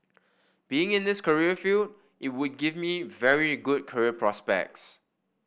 being in this career field it would give me very good career prospects